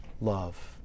love